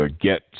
get